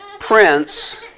prince